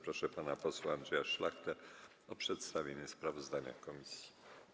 Proszę pana posła Andrzeja Szlachtę o przedstawienie sprawozdania komisji.